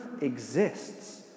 exists